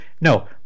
No